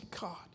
God